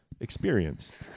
experience